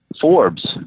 Forbes